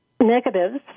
negatives